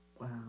wow